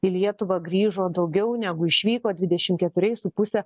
į lietuvą grįžo daugiau negu išvyko dvidešim keturiais su puse